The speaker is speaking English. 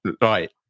right